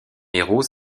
héros